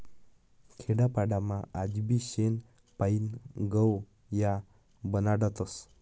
खेडापाडामा आजबी शेण पायीन गव या बनाडतस